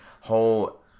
whole